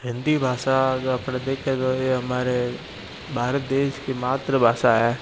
हिंदी भाषा जो अपन देख जो ये हमारे भारत देश की मातृभाषा है